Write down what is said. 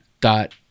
dot